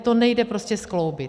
To nejde prostě skloubit.